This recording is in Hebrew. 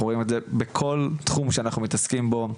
אנחנו רואים את זה בכל תחום שאנחנו מתעסקים בו,